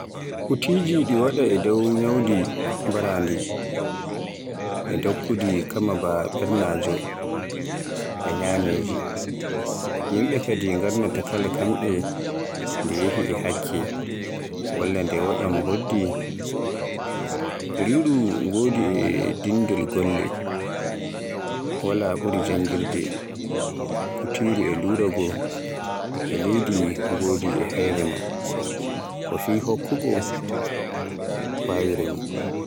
Ko mi heɓaay daama waylitinki innde am, innde am aranon. Mi waylitata, ngam ɓuri nanuugo belɗum non. Bo e non ɗun anndi yam. Wala dalila sauyaaki innde am.